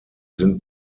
sind